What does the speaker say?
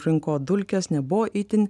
rinko dulkes nebuvo itin